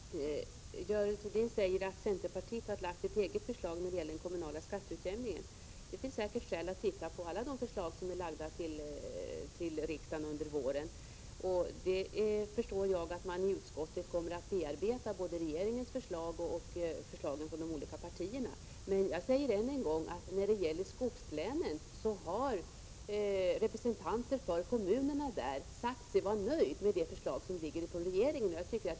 Herr talman! Görel Thurdin säger att centerpartiet framlagt ett eget förslag beträffande den kommunala skatteutjämningen. Det finns säkert skäl att titta på alla förslag framlagda i riksdagen under våren. Jag förstår att man i utskottet kommer att bearbeta både regeringens förslag och förslag från de olika partierna. Men jag säger än en gång att när det gäller skogslänen har representanter för kommunerna där sagt sig vara nöjda med regeringens förslag.